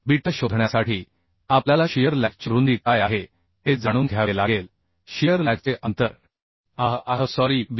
beta शोधण्यासाठी आपल्याला shear लॅगची रुंदी काय आहे हे जाणून घ्यावे लागेल शियर लॅगचे अंतर आह आह सॉरी Bs